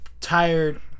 tired